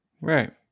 Right